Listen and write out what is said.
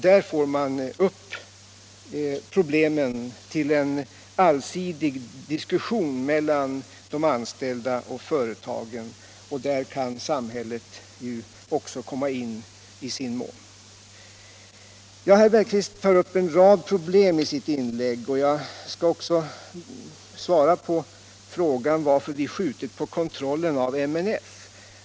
Där får man upp problemen till en allsidig diskussion mellan de anställda och företagen, och där kan samhället också komma in i sin mån. Herr Bergqvist tar i sitt inlägg upp en rad problem. Jag skall svara på frågan varför vi skjutit på kontrollen av multinationella företag.